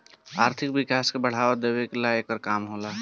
आर्थिक विकास के बढ़ावा देवेला एकर काम होला